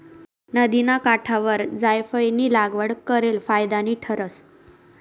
नदिना काठवर जायफयनी लागवड करेल फायदानी ठरस